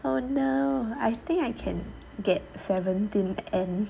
oh no I think I can get seventeen and